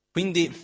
Quindi